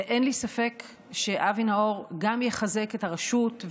אין לי ספק שאבי נאור גם יחזק את הרשות,